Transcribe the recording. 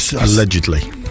allegedly